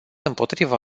împotriva